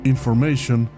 Information